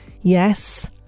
Yes